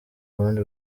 ubundi